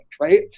right